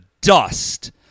dust